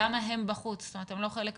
למה הם בחוץ, זאת אומרת, הם לא מחלק מהמתווה?